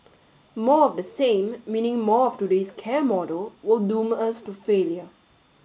more of the same meaning more of today's care model will doom us to failure